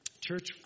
Church